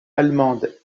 allemande